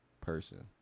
person